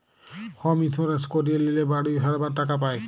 home insurance করিয়ে লিলে বাড়ি সারাবার টাকা পায়